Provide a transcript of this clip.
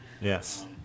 yes